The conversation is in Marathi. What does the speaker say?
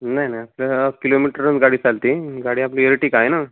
नाही नाही आपल्या किलोमीटरवरून गाडी चालते गाडी आपली यर्टिगा आहे ना